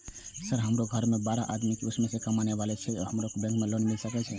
Sir हमरो घर में बारह आदमी छे उसमें एक कमाने वाला छे की हमरा बैंक से लोन मिल सके छे?